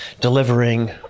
delivering